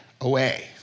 away